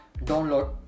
download